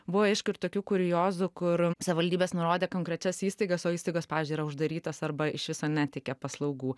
buvo aišku ir tokių kuriozų kur savivaldybės nurodė konkrečias įstaigas o įstaigos pavyzdžiui yra uždarytos arba iš viso neteikia paslaugų